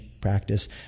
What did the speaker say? Practice